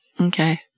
Okay